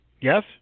Yes